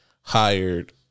hired